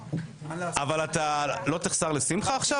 אתה לא תחסר לשמחה עכשיו?